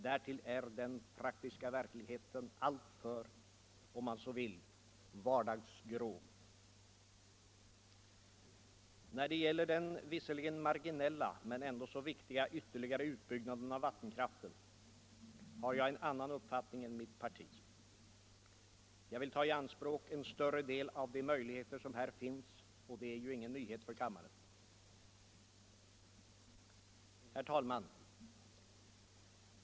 Därtill är den praktiska verkligheten alltför — låt mig använda uttrycket — vardagsgrå. När det gäller den visserligen marginella men ändå så viktiga ytterligare utbyggnaden av vattenkraften har jag en annan uppfattning än mitt parti. Jag vill ta i anspråk en större del av de möjligheter som här finns, och det är ju ingen nyhet för kammaren. Herr talman!